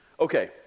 Okay